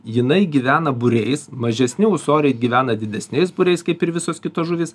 jinai gyvena būriais mažesni ūsoriai gyvena didesniais būriais kaip ir visos kitos žuvys